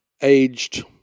aged